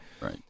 Right